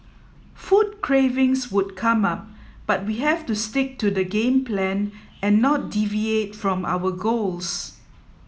food cravings would come up but we have to stick to the game plan and not deviate from our goals